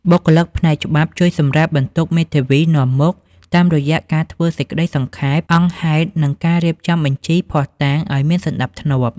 បុគ្គលិកផ្នែកច្បាប់ជួយសម្រាលបន្ទុកមេធាវីនាំមុខ តាមរយៈការធ្វើសេចក្តីសង្ខេបអង្គហេតុ និងការរៀបចំបញ្ជីភស្តុតាងឱ្យមានសណ្តាប់ធ្នាប់។